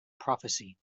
prophecy